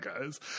guys